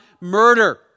murder